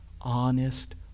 honest